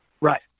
right